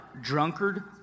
drunkard